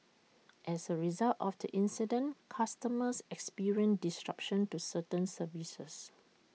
as A result of the incident customers experienced disruption to certain services